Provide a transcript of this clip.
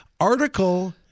article